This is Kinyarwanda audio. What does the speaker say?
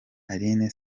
aline